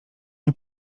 nie